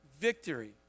victory